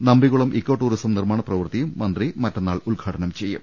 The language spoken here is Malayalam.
നമ്പികുളം ഇക്കോടൂറിസം നിർമാണ പ്രവൃത്തിയും മന്ത്രി ഉദ്ഘാടനം ചെയ്യും